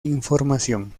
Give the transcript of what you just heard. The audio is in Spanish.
información